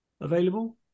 available